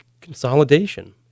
consolidation